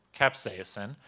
capsaicin